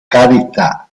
carità